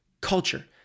culture